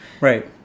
Right